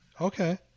Okay